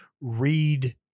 read